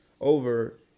over